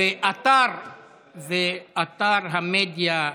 ואתר המדיה,